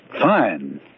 Fine